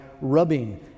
rubbing